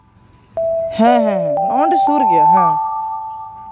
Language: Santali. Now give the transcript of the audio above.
ᱦᱮᱸ ᱦᱮᱸ ᱱᱚᱜᱼᱚᱭ ᱱᱚᱰᱮ ᱥᱩᱨ ᱜᱮᱭᱟ ᱦᱮᱸ